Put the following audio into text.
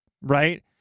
right